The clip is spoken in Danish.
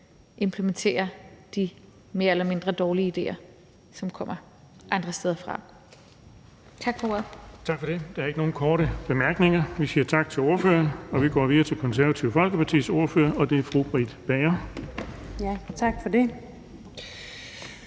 implementere de mere eller mindre dårlige idéer, som kommer andre steder fra.